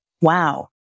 wow